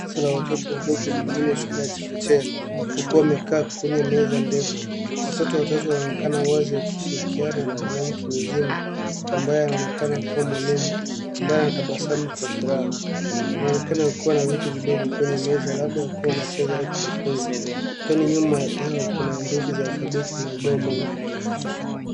Picha ya watoto wadogo pengine shule ya chekechea huku wamekaa kwenye meza ndefu. Watoto watatu wanaonekana wakishirikiana wazi na mwanamke mzima ambaye anaonekana kuwa mwalimu ambaye anatabasamu kwa furaha. Wanaonekana kuwa na vitu vidogo kwenye meza labda wakiwa wanacheza au kujifunza. Ukutani nyuma yao kuna herufi za alfabeti na ubao mweupe.